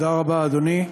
תודה רבה, אדוני.